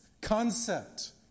concept